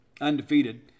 Undefeated